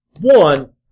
One